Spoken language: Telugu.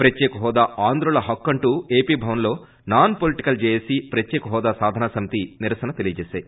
ప్రత్యేక హోదా ఆంధ్రుల హక్కు అంటూ ఏపీ భవన్లో నాన్ పొలిటికల్ జేఏసీ ప్రత్యేక హోదా సాధన సమితి నిరసన తెలియజేసాయి